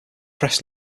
press